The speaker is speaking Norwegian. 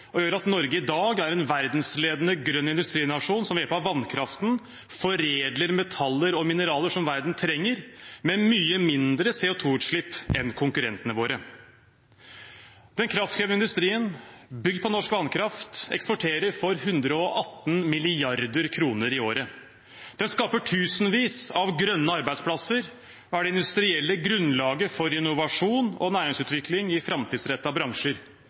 og gjør at Norge i dag er en verdensledende, grønn industrinasjon som ved hjelp av vannkraften foredler metaller og mineraler som verden trenger, med mye mindre CO 2 -utslipp enn konkurrentene våre. Den kraftkrevende industrien, som er bygd på norsk vannkraft, eksporterer for 118 mrd. kr i året. Den skaper tusenvis av grønne arbeidsplasser og er det industrielle grunnlaget for innovasjon og næringsutvikling i framtidsrettede bransjer.